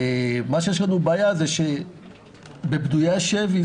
הבעיה שלנו היא שלגבי פדויי השבי,